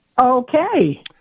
Okay